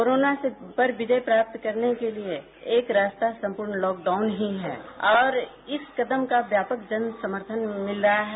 corona पर विजय प्राप्त करने के लिये एक रास्ता संपूर्ण लॉकडाउन है और इस कदम का व्यापक जन समर्थन मिल रहा है